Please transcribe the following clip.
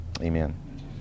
Amen